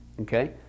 Okay